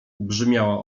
brzmiała